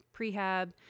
prehab